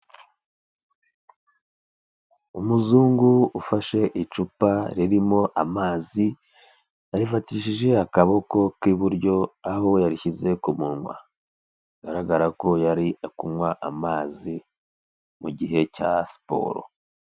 Umuzungu ufashe icupa ririmo amazi arifatishije akaboko k'iburyo aho yarishyize ku munwa, bigaragara ko yari kunywa amazi mu gihe cya siporo.